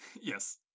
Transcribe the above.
Yes